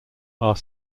are